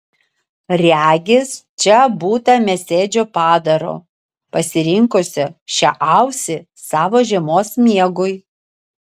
regis čia būta mėsėdžio padaro pasirinkusio šią ausį savo žiemos miegui